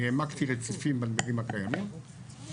אני העמקתי רציפים בנתיבים הקיימים,